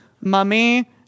mummy